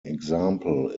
example